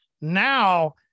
now